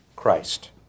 Christ